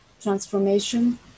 transformation